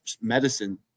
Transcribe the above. medicine